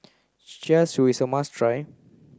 char siu is a must try